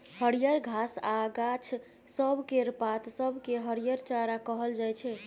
हरियर घास आ गाछ सब केर पात सब केँ हरिहर चारा कहल जाइ छै